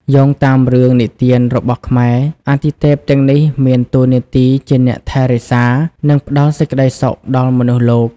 យោងតាមរឿងនិទានរបស់ខ្មែរ អាទិទេពទាំងនេះមានតួនាទីជាអ្នកថែរក្សា និងផ្តល់សេចក្តីសុខដល់មនុស្សលោក។